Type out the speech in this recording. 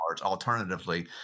alternatively